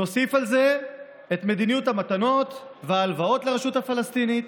נוסיף לזה את מדיניות המתנות וההלוואות לרשות הפלסטינית,